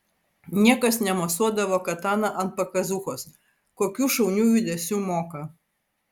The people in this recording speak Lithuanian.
niekas nemosuodavo katana ant pakazūchos kokių šaunių judesių moka